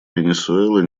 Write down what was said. венесуэла